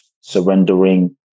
surrendering